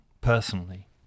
personally